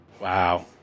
wow